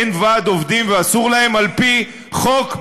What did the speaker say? אין ועד עובדים וזה אסור להם על-פי חוק?